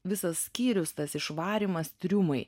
visas skyrius tas išvarymas triumai